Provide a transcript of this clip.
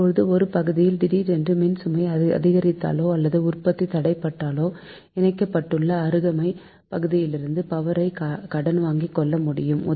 இப்போது ஒரு பகுதியில் திடீரென்று மின்சுமை அதிகரித்தாலோ அல்லது உற்பத்தி தடைபட்டாலோ இணைக்கப்பட்டுள்ள அருகாமை பகுதியிலிருந்து பவரை கடன் வாங்கிக்கொள்ள முடியும்